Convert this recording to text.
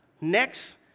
next